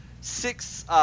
six –